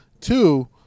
Two